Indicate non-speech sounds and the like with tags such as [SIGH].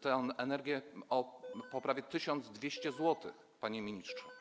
tę energię [NOISE] po prawie 1200 zł, panie ministrze.